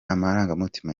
amarangamutima